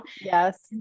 Yes